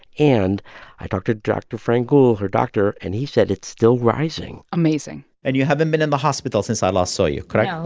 and i talked to dr. frangoul, her doctor, and he said it's still rising amazing and you haven't been in the hospital since i last saw you, correct? um